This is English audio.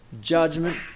Judgment